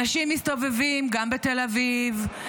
אנשים מסתובבים, גם בתל אביב,